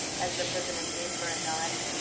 as the president gave her a nod.